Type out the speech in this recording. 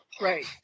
Right